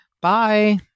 Bye